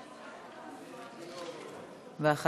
בבקשה.